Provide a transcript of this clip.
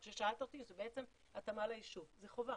מה ששאלת אותי זה בעצם התאמה ליישוב, זה חובה.